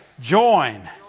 join